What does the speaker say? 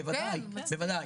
בוודאי.